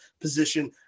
position